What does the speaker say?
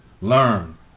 learn